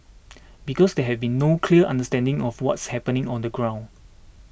because there has been no clear understanding of what's happening on the ground